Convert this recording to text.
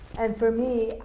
and, for me,